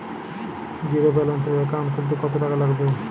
জিরোব্যেলেন্সের একাউন্ট খুলতে কত টাকা লাগবে?